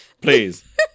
please